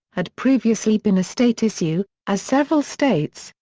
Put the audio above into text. had previously been a state issue, as several states,